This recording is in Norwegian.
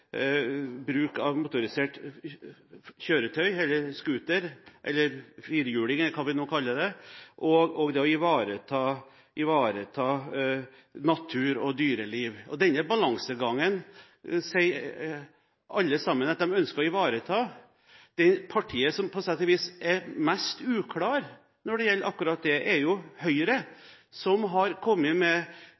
bruk av motorisert kjøretøy – scooter, firehjuling eller hva vi nå kaller det – og det å ivareta natur og dyreliv. Denne balansegangen sier alle sammen at de ønsker å ivareta. Det partiet som på sett og vis er mest uklart når det gjelder akkurat det, er Høyre, som har kommet med